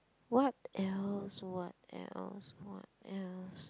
what else what else what else